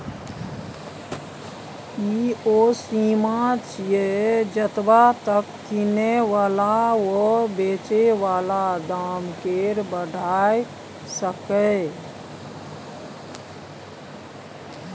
ई ओ सीमा छिये जतबा तक किने बला वा बेचे बला दाम केय बढ़ाई सकेए